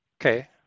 Okay